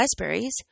raspberries